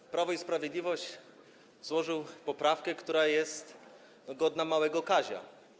Klub Prawo i Sprawiedliwość złożył poprawkę, która jest godna małego Kazia.